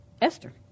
Esther